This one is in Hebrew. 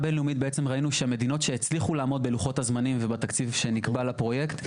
שהמדינות שהצליחו לעמוד בלוחות הזמנים ובתקציב שנקבע לפרויקט,